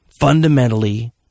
fundamentally